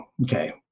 Okay